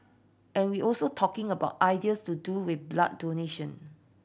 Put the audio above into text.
and we also talking about ideas to do with blood donation